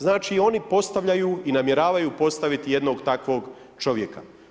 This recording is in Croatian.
Znači oni postavljaju i namjeravaju postaviti jednog takvog čovjeka.